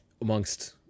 amongst